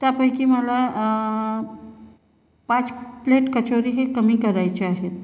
त्यापैकी मला पाच प्लेट कचोरी ही कमी करायची आहेत